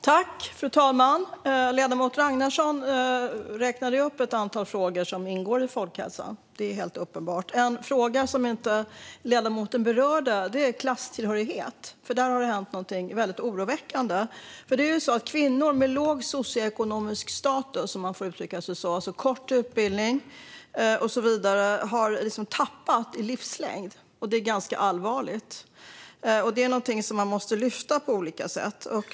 Fru talman! Ledamoten Ragnarsson räknade upp ett antal frågor som ingår i folkhälsa. En fråga som han inte berörde är klasstillhörighet. Där har det hänt något väldigt oroväckande. Kvinnor med låg socioekonomisk status, om man får uttrycka sig så - alltså kort utbildning och så vidare - har liksom tappat i livslängd. Det är ganska allvarligt. Det är något som man måste ta tag i på olika sätt.